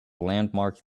landmark